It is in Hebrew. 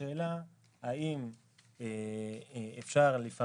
השאלה האם לפעמים,